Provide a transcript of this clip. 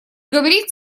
говорит